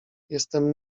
jestem